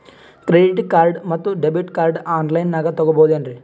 Credit card ಮತ್ತು debit card on ಲೈನಾಗ್ ತಗೋಬಹುದೇನ್ರಿ?